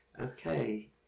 okay